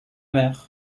mer